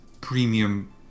premium